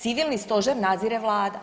Civilni stožer nadzire Vlada.